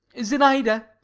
zinaida,